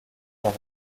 par